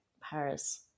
Paris